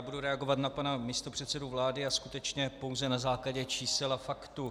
Budu reagovat na pana místopředsedu vlády a skutečně pouze na základě čísel a faktů.